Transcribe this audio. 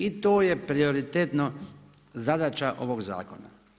I to je prioritetno zadaća ovog zakona.